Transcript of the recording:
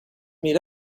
meet